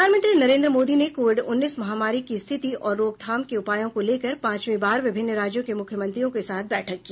प्रधानमंत्री नरेंद्र मोदी ने कोविड उन्नीस महामारी की स्थिति और रोकथाम के उपायों को लेकर पांचवीं बार विभिन्न राज्यों के मुख्यमंत्रियों के साथ बैठक की